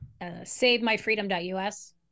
savemyfreedom.us